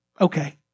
Okay